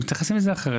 מתייחסים לזה אחרת.